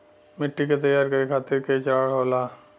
मिट्टी के तैयार करें खातिर के चरण होला?